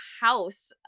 house